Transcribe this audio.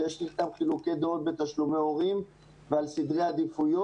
שיש לי איתם חילוקי דעות על תשלומי הורים ועל סדרי עדיפויות,